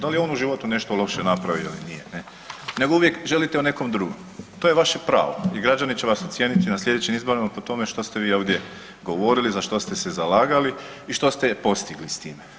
Da li je on u životu nešto loše napravio ili nije ne nego uvijek želite o nekom drugom, to je vaše pravo i građani će vas ocijeniti na sljedećim izborima po tome što ste vi ovdje govorili, za što se zalagali i što ste postigli s time.